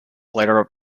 later